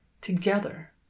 together